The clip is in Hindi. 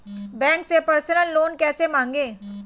बैंक से पर्सनल लोन कैसे मांगें?